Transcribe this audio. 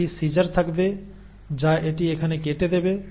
আপনার একটি সিজার থাকবে যা এটি এখানে কেটে দেবে